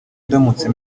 ndamutse